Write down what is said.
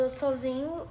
sozinho